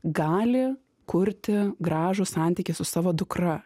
gali kurti gražų santykį su savo dukra